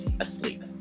asleep